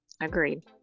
Agreed